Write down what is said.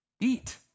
Eat